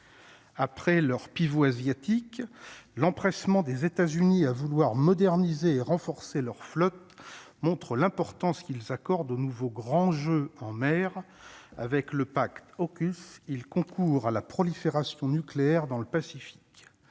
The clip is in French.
après leur pivot asiatique l'empressement des États-Unis à vouloir moderniser et renforcer leur flotte, montre l'importance qu'ils accordent au nouveau grand jeu en mer avec le pacte AUKUS il concourt à la prolifération nucléaire dans le Pacifique,